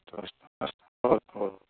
अस्तु अस्तु अस्तु